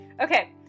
okay